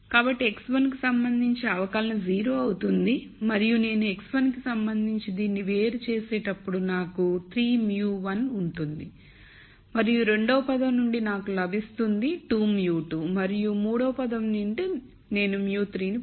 కాబట్టి x1 కి సంబంధించి అవకలన 0 అవుతుంది మరియు నేను x1 కి సంబంధించి దీన్ని వేరుచేసేటప్పుడు నాకు 3 μ 1 ఉంటుంది మరియు రెండవ పదం నుండి నాకు లభిస్తుంది 2 μ2 మరియు మూడవ పదం నుండి నేను μ3 పొందుతాను